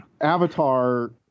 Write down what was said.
Avatar